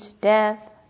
death